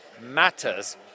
matters